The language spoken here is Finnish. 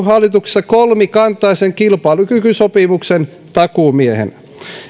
hallituksessa kolmikantaisen kilpailukykysopimuksen takuumiehenä